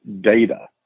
data